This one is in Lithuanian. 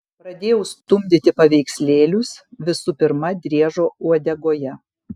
pradėjau stumdyti paveikslėlius visų pirma driežo uodegoje